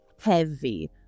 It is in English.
heavy